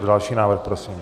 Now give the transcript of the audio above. Další návrh prosím.